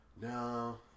No